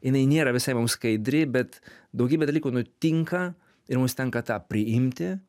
jinai nėra visai mums skaidri bet daugybė dalykų nutinka ir mums tenka tą priimti